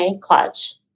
clutch